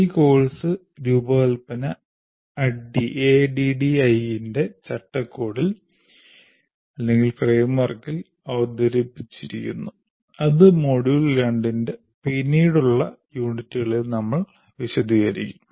ഈ കോഴ്സ് രൂപകൽപ്പന ADDIE ന്റെ ചട്ടക്കൂടിൽ അവതരിപ്പിച്ചിരിക്കുന്നു അത് മൊഡ്യൂൾ 2 ന്റെ പിന്നീടുള്ള യൂണിറ്റുകളിൽ നമ്മൾ വിശദീകരിക്കും